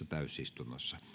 täysistunnossa